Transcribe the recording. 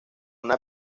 una